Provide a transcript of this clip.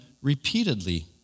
repeatedly